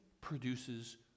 produces